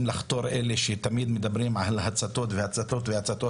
לחתור אלה שתמיד מדברים על הצתות והצתות והצתות,